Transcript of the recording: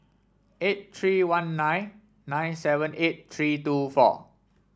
eight three one nine nine seven eight three two four